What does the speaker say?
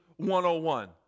101